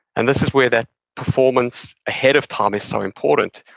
and this is where that performance ahead of time is so important.